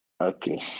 Okay